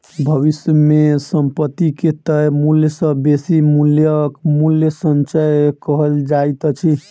भविष्य मे संपत्ति के तय मूल्य सॅ बेसी मूल्यक मूल्य संचय कहल जाइत अछि